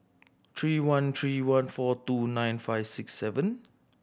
three one three one four two nine five six seven